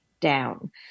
down